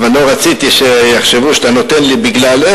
אבל לא רציתי שיחשבו שאתה נותן לי בגלל,